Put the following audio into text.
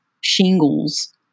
shingles